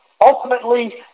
Ultimately